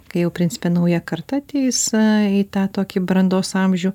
kai jau principe nauja karta ateis į tą tokį brandos amžių